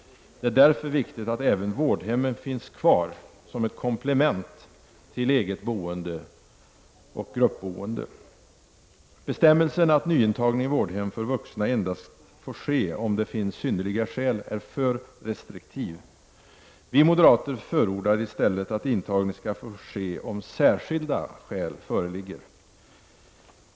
Det är därför viktigt att vårdhemmen finns kvar som ett komplement till eget boende och gruppboende. Bestämmelsen att nyintagning i vårdhem för vuxna endast får ske om det finns synnerliga skäl är för restriktiv. Vi moderater förordar i stället att intagning skall få ske om särskilda skäl föreligger.